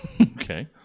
Okay